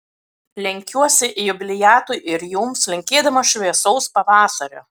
lenkiuosi jubiliatui ir jums linkėdamas šviesaus pavasario